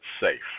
safe